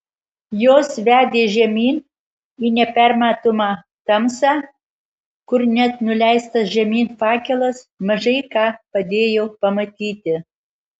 jos vedė žemyn į nepermatomą tamsą kur net nuleistas žemyn fakelas mažai ką padėjo pamatyti